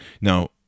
Now